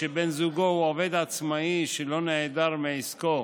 עובד עצמאי שלא נעדר מעסקו